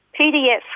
PDF